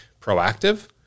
proactive